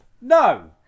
No